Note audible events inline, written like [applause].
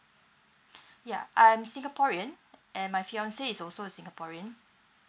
[breath] ya I'm singaporean and my fiance is also a singaporean